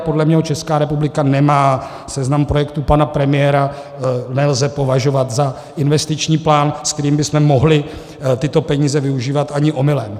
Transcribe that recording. Podle mého Česká republika nemá seznam projektů pana premiéra nelze považovat za investiční plán, se kterým bychom mohli tyto peníze využívat, ani omylem.